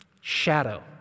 shadow